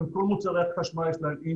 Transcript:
יש להם את כל מוצרי החשמל,